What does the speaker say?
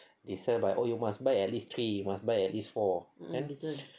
they sell by oh you must buy at least three must buy at least four and